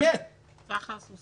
סחר סוסים.